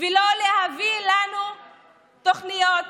ולא להביא לנו תוכניות